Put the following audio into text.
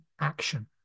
action